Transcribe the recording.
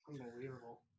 Unbelievable